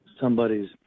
somebody's